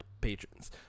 patrons